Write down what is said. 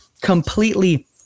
completely